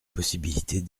possibilités